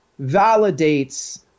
validates